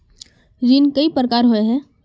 ऋण कई प्रकार होए है?